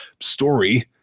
story